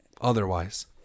otherwise